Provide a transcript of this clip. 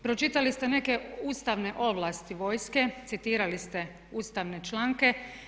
Pročitali ste neke ustavne ovlasti vojske, citirali ste ustavne članke.